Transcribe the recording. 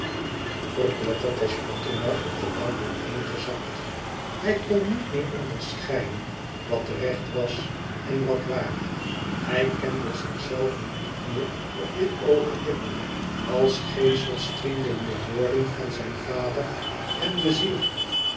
verpletterd was othomar op de bank ineengezakt hij kon niet meer onderscheiden wat recht was en wat waar hij kende zichzelven niet meer op dit oogenblik als geesels striemden de woorden van zijn vader hem de ziel